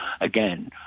again